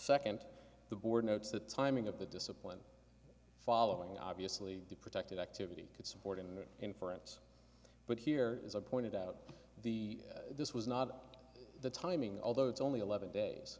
second the board notes the timing of the discipline following obviously the protected activity could support an inference but here is i pointed out the this was not the timing although it's only eleven days